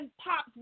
pops